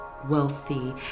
Wealthy